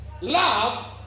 love